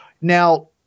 Now